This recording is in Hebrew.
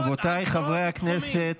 רבותיי חברי הכנסת.